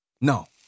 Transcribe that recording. No